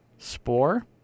Spore